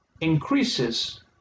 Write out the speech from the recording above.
increases